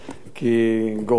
כי גורמי רווחה,